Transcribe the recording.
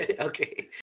okay